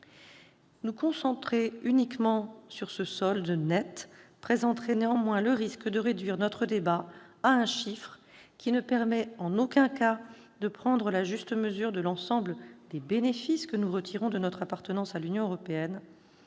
Nous concentrer uniquement sur ce solde net présenterait néanmoins le risque de réduire notre débat à un chiffre qui ne permet en aucun cas de prendre la juste mesure de l'ensemble des bénéfices que nous retirons de notre appartenance à l'Union européenne